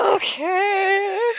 Okay